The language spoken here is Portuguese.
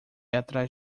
atrás